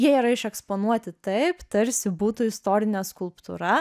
jie yra išeksponuoti taip tarsi būtų istorinė skulptūra